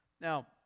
Now